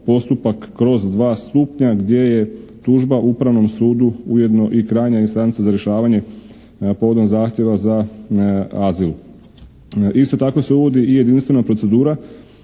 postupak kroz dva stupnja gdje je tužba upravnom sudu ujedno i krajnja instanca za rješavanje povodom zahtjeva za azil. Isto tako se uvodi i jedinstvena procedura